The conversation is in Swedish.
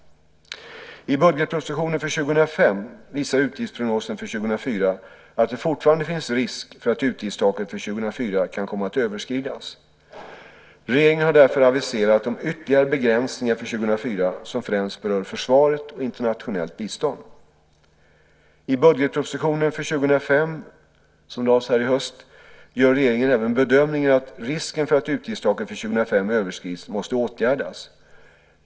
I budgetpropositionen för 2005 visar utgiftsprognosen för 2004 att det fortfarande finns risk för att utgiftstaket för 2004 kan komma att överskridas. Regeringen har därför aviserat om ytterligare begränsningar för 2004 som främst berör försvaret och internationellt bistånd. I budgetpropositionen för 2005, som lades fram i höst, gör regeringen även bedömningen att risken för att utgiftstaket för 2005 överskrids måste åtgärdas.